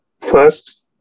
First